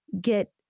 get